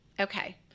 Okay